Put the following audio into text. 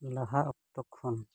ᱞᱟᱦᱟ ᱚᱠᱛᱚ ᱠᱷᱚᱱ